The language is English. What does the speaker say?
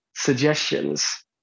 suggestions